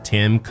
Tim